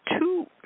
two